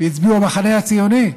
הצביעו המחנה הציוני.